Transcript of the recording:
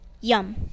Yum